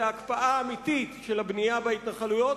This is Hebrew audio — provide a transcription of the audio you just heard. הקפאה אמיתית של הבנייה בהתנחלויות,